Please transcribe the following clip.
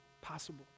possible